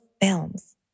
films